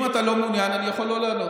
אם אתה לא מעוניין, אני יכול לא לענות.